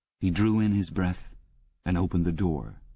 he drew in his breath and opened the door.